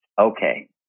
okay